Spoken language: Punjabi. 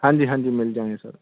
ਹਾਂਜੀ ਹਾਂਜੀ ਮਿਲ ਜਾਾਵਾਂਗੇ ਸਰ